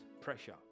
pressure